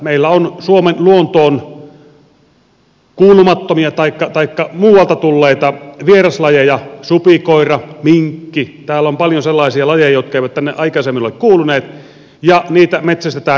meillä on suomen luontoon kuulumattomia taikka muualta tulleita vieraslajeja supikoira minkki täällä on paljon sellaisia lajeja jotka eivät tänne aikaisemmin ole kuuluneet ja niitä metsästetään